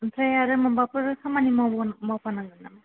ओमफ्राय आरो माबाफोर खामानि मावफानांगोन नामा